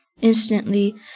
Instantly